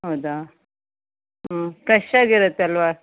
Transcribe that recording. ಹೌದಾ ಹ್ಞೂ ಫ್ರೆಷ್ಷಾಗಿ ಇರುತ್ತಲ್ಲವಾ